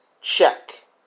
check